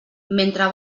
mentre